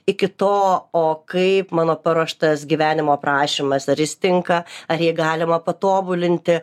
iki to o kaip mano paruoštas gyvenimo aprašymas ar jis tinka ar jį galima patobulinti